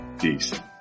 Peace